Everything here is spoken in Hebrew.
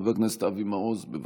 חבר הכנסת אבי מעוז, בבקשה.